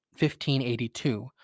1582